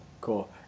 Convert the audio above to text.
Cool